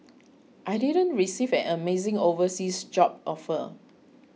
I didn't receive an amazing overseas job offer